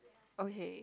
okay